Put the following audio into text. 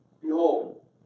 Behold